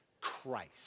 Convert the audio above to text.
Christ